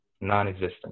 non-existent